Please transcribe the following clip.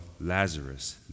Lazarus